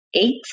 eight